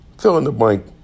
Fill-in-the-blank